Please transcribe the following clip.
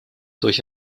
durch